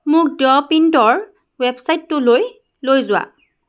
মোক দ্য প্ৰিণ্টৰ ৱেবছাইটটোলৈ লৈ যোৱা